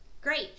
great